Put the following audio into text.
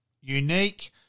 unique